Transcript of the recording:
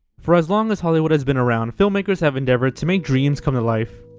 for as long as hollywood has been around, filmmakers have endeavored to make dreams come to life.